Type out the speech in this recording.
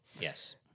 Yes